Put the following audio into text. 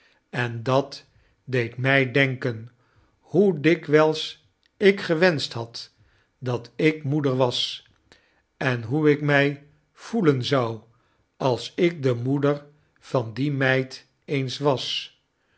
en dat deed mij denken hoe dikwijlsikgewenschthad dat ik moeder was en hoe ik mij voelen zou als ik de moeder van die meid eens was